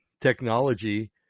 technology